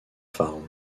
farm